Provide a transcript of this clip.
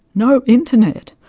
no internet.